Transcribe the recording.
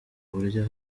buryo